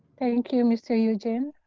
thank you. mr. eugene?